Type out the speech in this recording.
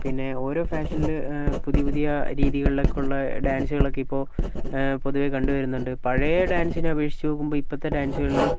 പിന്നെ ഓരോ ഫാഷനില് പുതിയ പുതിയ രീതികളിലൊക്കെയുള്ള ഡാൻസുകളൊക്കെയിപ്പോൾ പൊതുവെ കണ്ടുവരുന്നുണ്ട് പഴയ ഡാൻസിനെ അപേക്ഷിച്ചു നോക്കുമ്പോൾ ഇപ്പോഴത്തെ ഡാൻസുകളില്